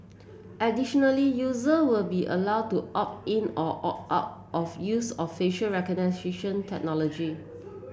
additionally user will be allow to opt in or opt out of use of facial recognition technology